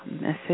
message